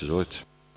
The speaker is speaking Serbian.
Izvolite.